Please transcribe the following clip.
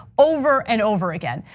over and over again.